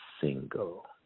single